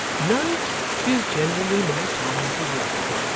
night is generally my time for walking.